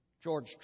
George